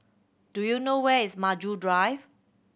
do you know where is Maju Drive